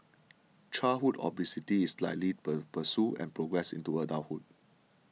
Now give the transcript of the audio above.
childhood obesity is likely per pursue and progress into adulthood